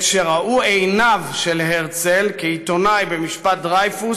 את שראו עיניו של הרצל כעיתונאי במשפט דרייפוס